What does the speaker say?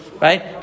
Right